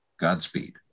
Godspeed